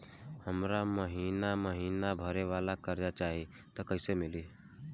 हमरा महिना महीना भरे वाला कर्जा चाही त कईसे मिली?